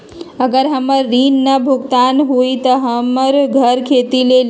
अगर हमर ऋण न भुगतान हुई त हमर घर खेती लेली?